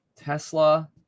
Tesla